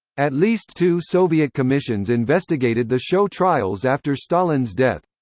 at least two soviet commissions investigated the show-trials after stalin's death.